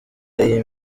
iyi